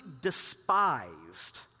despised